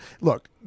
look